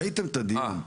אתם ראיתם את הדיון,